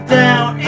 down